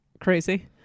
Crazy